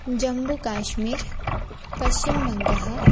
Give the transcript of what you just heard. जम्बुकाश्मिरः पश्चिमबङ्गः